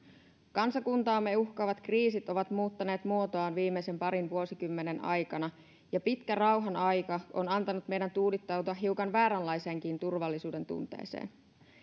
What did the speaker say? kansakuntaamme uhkaavat kriisit ovat muuttaneet muotoaan viimeisen parin vuosikymmenen aikana ja pitkä rauhanaika on antanut meidän tuudittautua hiukan vääränlaiseenkin turvallisuudentunteeseen